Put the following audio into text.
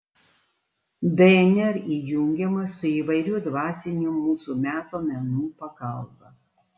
dnr įjungiama su įvairių dvasinių mūsų meto menų pagalba